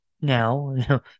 now